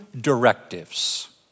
directives